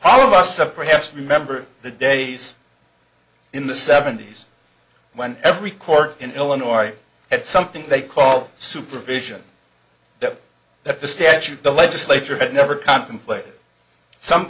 all of us have perhaps remember the days in the seventy's when every court in illinois had something they call supervision that the statute the legislature had never contemplated some